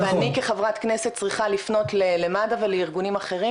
ואני כחברת כנסת צריכה לפנות למד"א ולארגונים אחרים?